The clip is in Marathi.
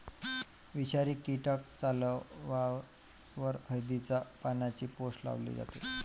विषारी कीटक चावल्यावर हळदीच्या पानांची पेस्ट लावली जाते